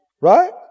right